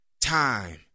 time